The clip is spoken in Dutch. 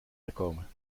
gekomen